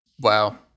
Wow